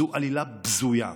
זו עלילת בזויה,